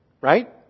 Right